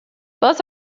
both